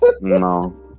No